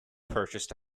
purchased